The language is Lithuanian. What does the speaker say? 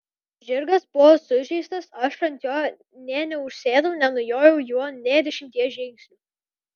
žirgas buvo sužeistas aš ant jo nė neužsėdau nenujojau juo nė dešimties žingsnių